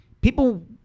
people